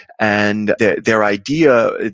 and their idea,